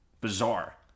Bizarre